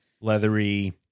leathery